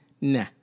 nah